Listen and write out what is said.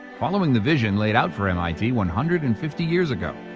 following the vision laid out for mit one hundred and fifty years ago.